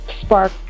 spark